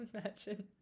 imagine